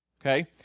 okay